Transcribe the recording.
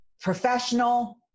professional